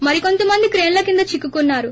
మరి కొంత మంది క్రేన్ల కింద చిక్కుకున్నారు